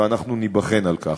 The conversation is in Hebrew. ואנחנו ניבחן על כך.